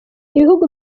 ibihugu